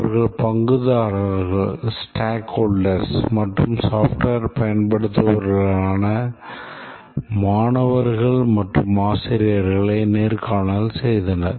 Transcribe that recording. அவர்கள் பங்குதாரர்கள் மற்றும் software பயன்படுத்துபவர்களான மாணவர்கள் மற்றும் ஆசிரியர்களை நேர்காணல் செய்தனர்